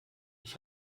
ich